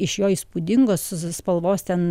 iš jo įspūdingos spalvos ten